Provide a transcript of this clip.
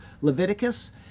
Leviticus